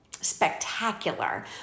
spectacular